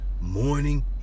morning